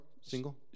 single